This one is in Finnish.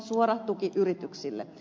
suora tuki yrityksille